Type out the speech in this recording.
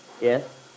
Yes